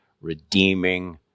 redeeming